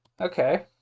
Okay